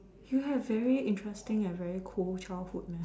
you have very interesting and very cool childhood